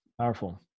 Powerful